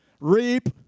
reap